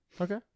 Okay